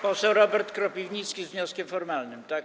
Poseł Robert Kropiwnicki z wnioskiem formalnym, tak?